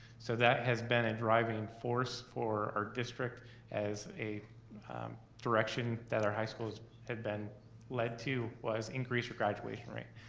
so that has been a driving force for our district as a direction that our high schools had been led to was increase for graduation rate.